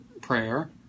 prayer